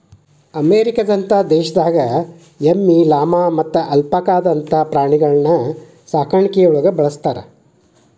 ಅಮೇರಿಕದಂತ ದೇಶದಾಗ ಎಮ್ಮಿ, ಲಾಮಾ ಮತ್ತ ಅಲ್ಪಾಕಾದಂತ ಪ್ರಾಣಿಗಳನ್ನ ಸಾಕಾಣಿಕೆಯೊಳಗ ಬಳಸ್ತಾರ